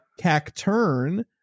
Cacturn